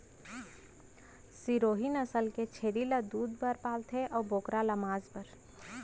सिरोही नसल के छेरी ल दूद बर पालथें अउ बोकरा ल मांस बर